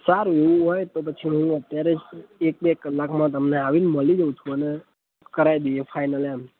સારું એવું હોય તો પછી હું અત્યારે એક બે કલાકમાં તમને આવીને મળી જાઉં છું અને કરાવી દઈએ ફાઇનલ એમ